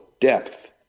depth